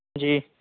جی